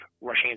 rushing